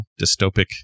dystopic